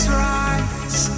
rise